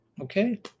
Okay